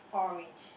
orang